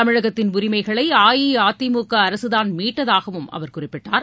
தமிழகத்தின் உரிமைகளை அஇஅதிமுக அரசுதான் மீட்டதாகவும் அவர் குறிப்பிட்டார்